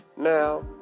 Now